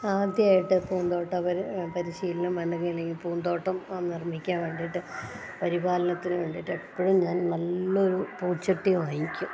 ആദ്യമായിട്ട് പൂന്തോട്ട പരിശീലനം അല്ലെങ്കിൽ ഈ പൂന്തോട്ടം നിർമ്മിക്കാൻ വേണ്ടിയിട്ട് പരിപാലനത്തിന് വേണ്ടിയിട്ട് എപ്പോഴും ഞാൻ നല്ലൊരു പൂച്ചട്ടി വാങ്ങിക്കും